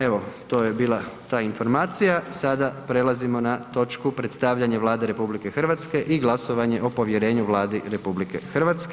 Evo, to je bila ta informacija sada prelazimo na točku: - Predstavljanje Vlade RH i glasovanje o povjerenju Vladi RH.